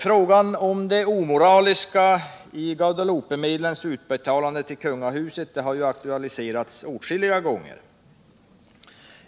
Frågan om det omoraliska i Guadeloupemedlens utbetalande till kungahuset har aktualiserats åtskilliga gånger.